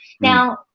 now